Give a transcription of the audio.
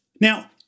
Now